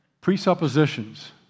Presuppositions